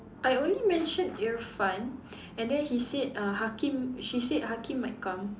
I only mentioned Irfan and then he said uh Hakim she said Hakim might come